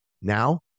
Now